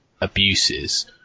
abuses